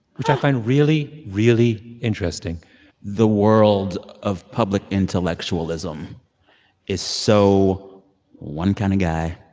which i find really, really interesting the world of public intellectualism is so one kind of guy,